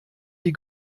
die